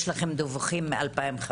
יש לכם דיווחים מ-2015.